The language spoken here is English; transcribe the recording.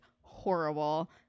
horrible